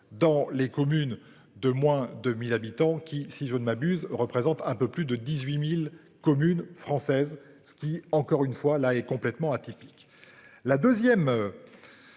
dans les communes de moins de 1000 habitants qui, si je ne m'abuse représente un peu plus de 18.000 communes françaises ce qui encore une fois là est complètement atypique.